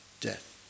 death